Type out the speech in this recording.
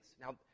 Now